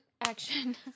action